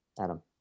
Adam